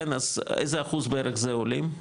אז איזה אחוז בערך זה עולים?